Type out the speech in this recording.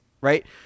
right